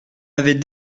avait